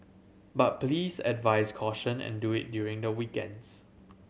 but please advise caution and do it during the weekends